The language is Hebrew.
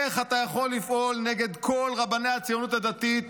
איך אתה יכול לפעול נגד כל רבני הציונות הדתית